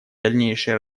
дальнейшее